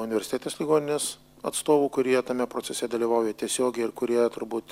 universitetinės ligoninės atstovų kurie tame procese dalyvauja tiesiogiai ir kurie turbūt